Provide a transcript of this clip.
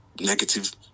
negative